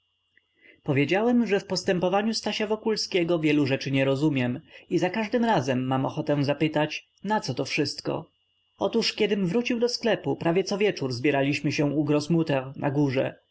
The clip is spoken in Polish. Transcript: powiedziałem że w postępowaniu stasia wokulskiego wielu rzeczy nie rozumiem i za każdym razem mam ochotę zapytać naco to wszystko otóż kiedym wrócił do sklepu prawie cowieczór zbieraliśmy się u grossmutter na górze